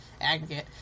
aggregate